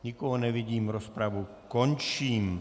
Nikoho nevidím, rozpravu končím.